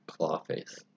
Clawface